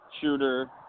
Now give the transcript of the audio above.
shooter